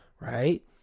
right